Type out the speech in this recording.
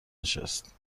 نشست